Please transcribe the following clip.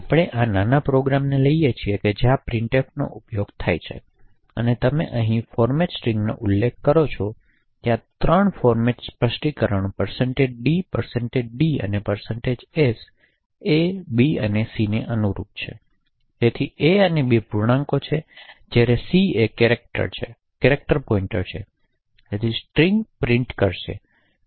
આપણે આ નાના પ્રોગ્રામને લઈએ છીએ જ્યાં પ્રિંટફનો ઉપયોગ થાય છે અને તમે અહીં ફોર્મેટ સ્ટ્રિંગનો ઉલ્લેખ કરો છો અને ત્યાં 3 ફોર્મેટ સ્પષ્ટીકરણો d d અને s એ બી અને સીને અનુરૂપ છે તેથી એ અને બી પૂર્ણાંકો છે જ્યારે સી છે એક કૅરેકટર પોઈંટર અને તેથી તે સ્ટ્રિંગ પ્રિન્ટ કરશે